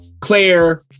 Claire